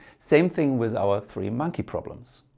same thing with our three monkey problems.